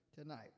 tonight